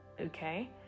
okay